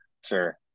Sure